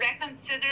reconsider